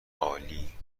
عالی